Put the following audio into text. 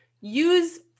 use